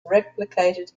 replicated